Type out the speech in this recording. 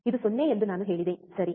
ಇದು 0 ಎಂದು ನಾನು ಹೇಳಿದೆ ಸರಿ